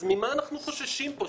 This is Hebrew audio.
אז ממה אנחנו חוששים פה?